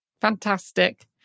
Fantastic